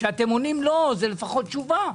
כשאתם עונים לא זו לפחות תשובה.